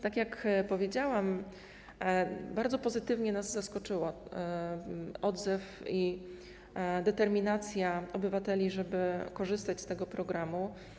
Tak jak powiedziałam, bardzo pozytywnie nas zaskoczyły odzew i determinacja obywateli, żeby korzystać z tego programu.